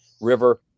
river